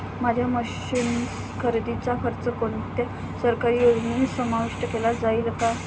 माझ्या मशीन्स खरेदीचा खर्च कोणत्या सरकारी योजनेत समाविष्ट केला जाईल का?